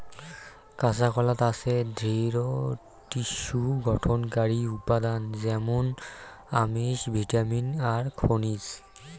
কাঁচাকলাত আছে দৃঢ টিস্যু গঠনকারী উপাদান য্যামুন আমিষ, ভিটামিন আর খনিজ